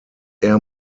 air